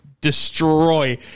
destroy